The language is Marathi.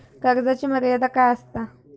कर्जाची मर्यादा काय असता?